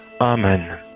Amen